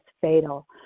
fatal